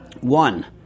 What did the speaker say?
One